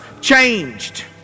Changed